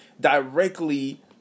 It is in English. directly